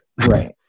Right